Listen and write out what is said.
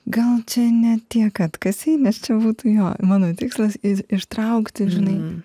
gal čia ne tiek atkasei nes čia būtų jo mano tikslas ir ištraukti žinai